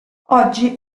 oggi